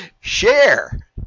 Share